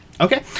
Okay